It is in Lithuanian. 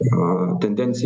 tendencija yra kad